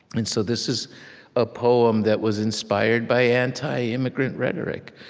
and so this is a poem that was inspired by anti-immigrant rhetoric,